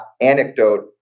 anecdote